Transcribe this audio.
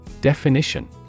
Definition